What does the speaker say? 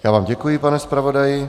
Já vám děkuji, pane zpravodaji.